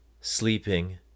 sleeping